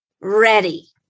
ready